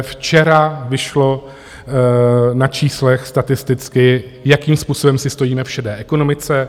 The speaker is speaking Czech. Včera vyšlo na číslech statisticky, jakým způsobem si stojíme v šedé ekonomice.